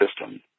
system